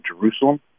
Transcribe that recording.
Jerusalem